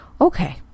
Okay